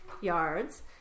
yards